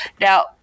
Now